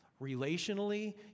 relationally